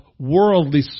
worldly